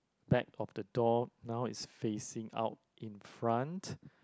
back of the door now it's facing out in front